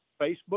Facebook